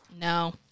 No